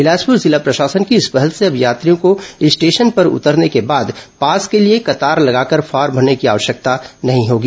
बिलासपुर जिला प्रशासन की इस पहल से अब यात्रियों को स्टेशन पर उतरने के बाद पास के लिए कतार लगाकर फॉर्म भरने की आवश्यकता नहीं होगी